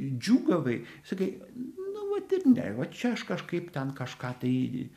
džiūgavai sakai nu vat ir ne va čia aš kažkaip ten kažką tai